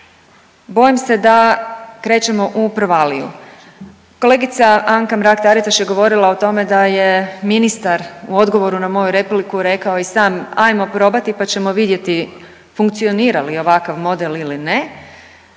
bojim se da krećemo u provaliju. Kolegica Anka Mrak-Taritaš je govorila o tome da je ministar u odgovoru na moju repliku rekao i sam hajmo probati, pa ćemo vidjeti funkcionira li ovakav model ili ne.